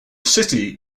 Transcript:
city